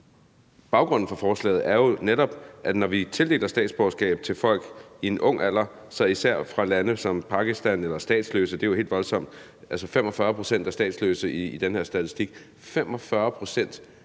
baggrunden for forslaget er jo netop, at det, når vi tildeler statsborgerskab til folk i en ung alder, så især er fra lande som Pakistan eller statsløse. Det er jo helt voldsomt, altså at 45 pct. af statsløse i den her statistik – 45 pct.